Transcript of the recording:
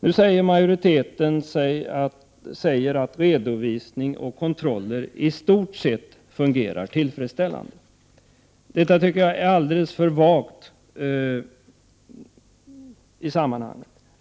Nu säger majoriteten att arbetet med redovisning och kontroller i stort sett fungerar tillfredsställande. Detta tycker jag är ett alldeles för vagt uttalande.